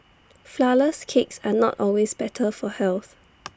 Flourless Cakes are not always better for health